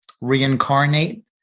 reincarnate